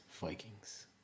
vikings